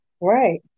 Right